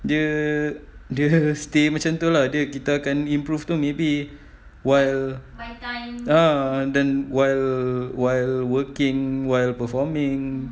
dia dia stay macam tu lah then kita akan improve tu maybe while ah then while while working while performing